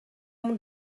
اون